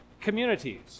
communities